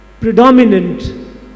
predominant